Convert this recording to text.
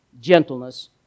gentleness